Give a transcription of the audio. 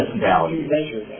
value